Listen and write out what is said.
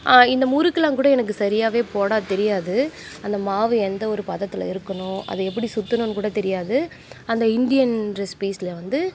இந்த முறுக்கல்லாம் கூட எனக்கு சரியாகவே போடத் தெரியாது அந்த மாவு எந்த ஒரு பதத்தில் இருக்கணும் அது எப்படி சுற்றணுன்னுக்கூட தெரியாது அந்த இந்தியன் ரெசிப்பிஸ்சில் வந்து